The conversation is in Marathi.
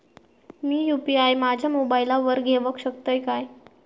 मी यू.पी.आय माझ्या मोबाईलावर घेवक शकतय काय?